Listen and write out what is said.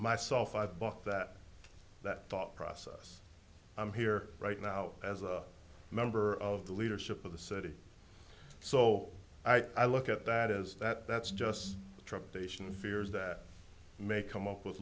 myself i block that that thought process i'm here right now as a member of the leadership of the city so i look at that as that that's just dropped ation fears that may come up with